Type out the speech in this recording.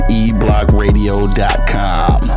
eblockradio.com